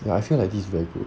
ya I feel like this very good